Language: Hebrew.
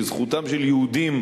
לזכותם של יהודים,